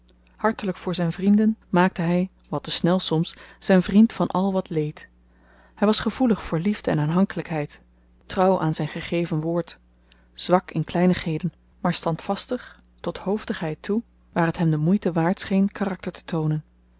hartelyk voor zyn vrienden maakte hy wat te snel soms zyn vriend van al wat leed hy was gevoelig voor liefde en aanhankelykheid trouw aan zyn gegeven woord zwak in kleinigheden maar standvastig tot hoofdigheid toe waar t hem de moeite waard scheen karakter te toonen